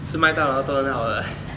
吃麦当劳都很好了